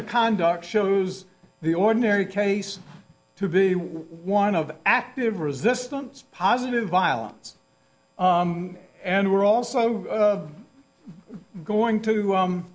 the conduct shows the ordinary case to be one of active resistance positive violence and we're also going to